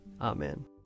Amen